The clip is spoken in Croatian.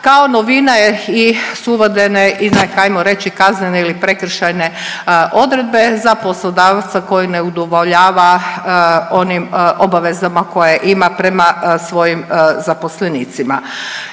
Kao novina je su uvedene i ajmo reći kaznene ili prekršajne odredbe za poslodavca koji ne udovoljava onim obavezama koje ima prema svojim zaposlenicima.